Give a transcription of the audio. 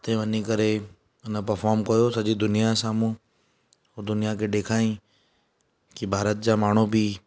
हुते वञी करे हुन परफॉर्म कयो सॼो दुनिया ए साम्हूं उहो दुनिया खे ॾेखारियईं की भारत जा माण्हू बि